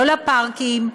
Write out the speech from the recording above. לא לפארקים,